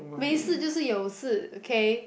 没事就是有事 okay